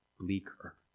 bleaker